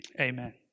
Amen